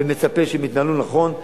ומצפה שהם יתנהלו נכון,